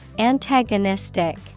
Antagonistic